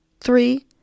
three